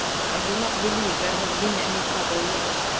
i do not believe there has been any trouble yet,